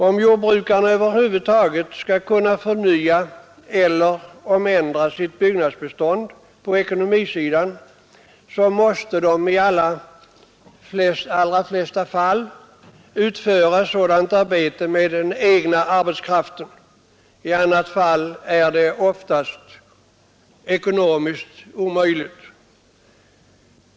Om jordbrukarna över huvud taget skall kunna förnya eller omändra sitt byggnadsbestånd på ekonomisidan måste de i de allra flesta fall utföra sådant arbete med den egna arbetskraften; i annat fall är det oftast ekonomiskt omöjligt.